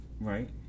Right